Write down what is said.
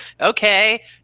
okay